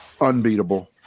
unbeatable